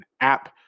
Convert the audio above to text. app